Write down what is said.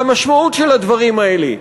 והמשמעות של הדברים האלה,